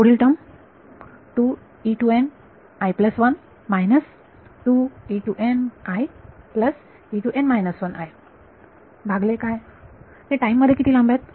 पुढील टर्म भागिले काय ते टाईम मध्ये किती लांब आहेत